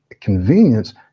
convenience